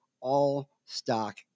all-stock